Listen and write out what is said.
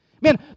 Man